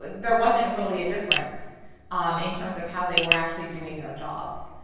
there wasn't really a difference um in terms of how they were actually doing their jobs.